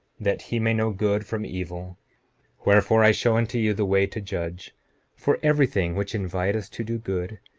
that he may know good from evil wherefore, i show unto you the way to judge for every thing which inviteth to do good,